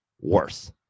worse